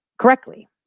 correctly